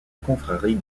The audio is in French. confrérie